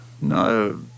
No